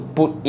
put